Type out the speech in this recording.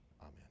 amen